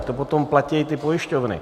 To potom platí pojišťovny.